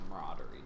camaraderie